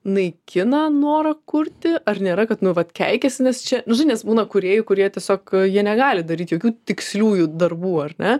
naikina norą kurti ar nėra kad nu vat keikiasi nes čia nu žinai nes būna kūrėjų kurie tiesiog jie negali daryt jokių tiksliųjų darbų ar ne